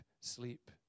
sleep